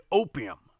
opium